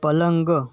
પલંગ